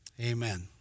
amen